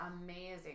amazing